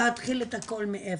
ולהתחיל את הכול מאפס,